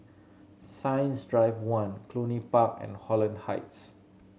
Science Drive One Cluny Park and Holland Heights